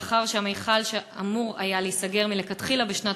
לאחר שהמכל אמור היה להיסגר מלכתחילה בשנת